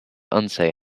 unsay